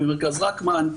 מרכז רקמן,